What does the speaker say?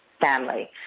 family